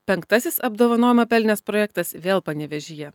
penktasis apdovanojimą pelnęs projektas vėl panevėžyje